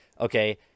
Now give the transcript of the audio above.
Okay